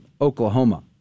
Oklahoma